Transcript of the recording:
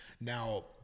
Now